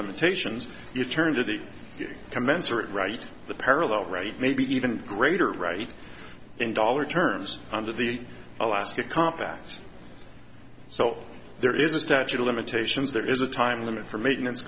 limitations you turn to the commensurate right the parallel right maybe even greater right in dollar terms under the alaska compact so there is a statute of limitations there is a time limit for makin